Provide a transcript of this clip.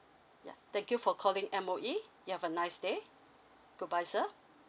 ya thank you for calling M_O_E you have a nice day good bye sir